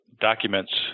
documents